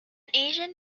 asian